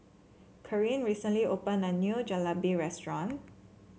Karyn recently opened a new Jalebi restaurant